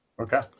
Okay